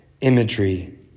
imagery